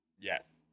Yes